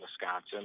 Wisconsin